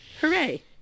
Hooray